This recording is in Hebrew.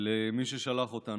למי ששלח אותנו.